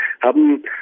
haben